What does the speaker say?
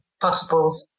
possible